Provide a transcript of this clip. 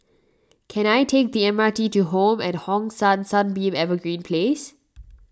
can I take the M R T to Home at Hong San Sunbeam Evergreen Place